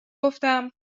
گفتم